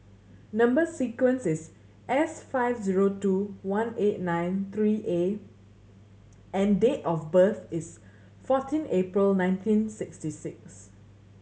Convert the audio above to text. number sequence is S five zero two one eight nine three A and date of birth is fourteen April nineteen sixty six